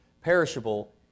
perishable